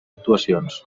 actuacions